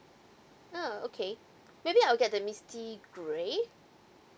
uh okay maybe I'll get the misty grey